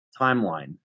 timeline